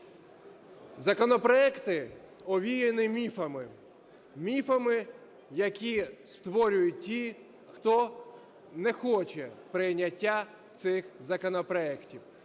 Законопроекти овіяні міфами, міфами, які створюють ті, хто не хоче прийняття цих законопроектів.